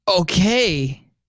Okay